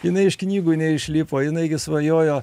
jinai iš knygų neišlipo jinai gi svajojo